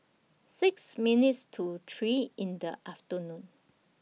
six minutes to three in The afternoon